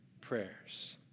prayers